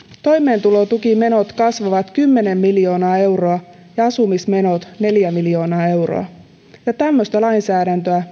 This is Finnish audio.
toimeentulotukimenot kasvavat kymmenen miljoonaa euroa ja asumismenot neljä miljoonaa euroa tämmöistä lainsäädäntöä